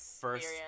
first